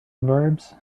verbs